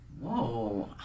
Whoa